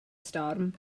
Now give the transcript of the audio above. storm